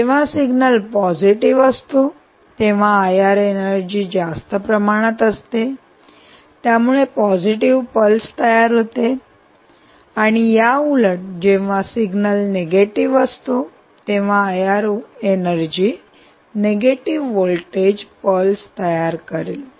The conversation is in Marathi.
जेव्हा सिग्नल पॉझिटिव्ह असतो तेव्हा आय आर एनर्जी जास्त प्रमाणात असते त्यामुळे पॉझिटिव्ह पल्स तयार होते आणि याउलट जेव्हा सिग्नल नेगेटिव असतो तेव्हा I R energy negative voltage pulse तयार करेल